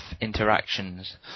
interactions